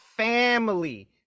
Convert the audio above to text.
family